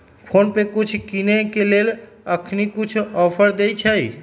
PhonePe कुछ किनेय के लेल अखनी कुछ ऑफर देँइ छइ